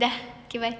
dah okay bye